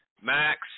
Max